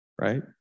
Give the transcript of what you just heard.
right